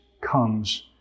comes